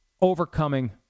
overcoming